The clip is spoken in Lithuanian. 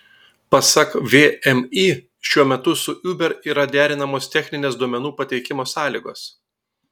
pasak vmi šiuo metu su uber yra derinamos techninės duomenų pateikimo sąlygos